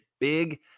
big